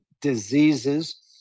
diseases